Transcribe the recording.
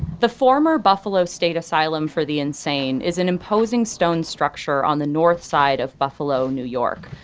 the former buffalo state asylum for the insane is an imposing stone structure on the north side of buffalo, new york.